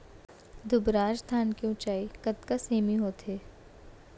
दुबराज धान के ऊँचाई कतका सेमी होथे?